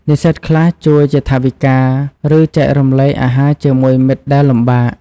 និស្សិតខ្លះជួយជាថវិកា ឬចែករំលែកអាហារជាមួយមិត្តដែលលំបាក។